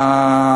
ב.